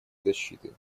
защитой